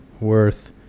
worth